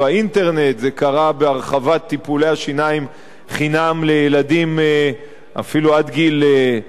זה קרה בהרחבת טיפולי השיניים חינם לילדים אפילו עד גיל 12,